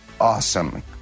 awesome